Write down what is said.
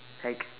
like